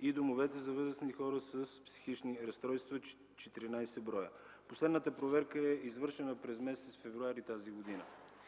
и домовете за възрастни хора с психични разстройства – 14 броя. Последната проверка е извършена през месец февруари тази година.